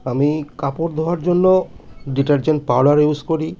আমি কাপড় ধোয়ার জন্য ডিটার্জেন্ট পাওডার ইউস করি